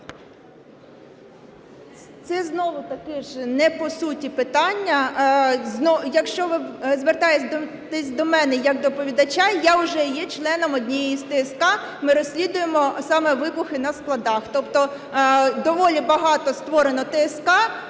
Це знову-таки ж не по суті питання. Якщо ви звертаєтесь до мене як доповідача, я вже є членом однієї з ТСК, ми розслідуємо саме вибухи на складах. Тобто доволі багато створено ТСК,